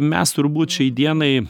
mes turbūt šiai dienai